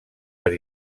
per